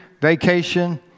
vacation